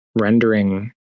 rendering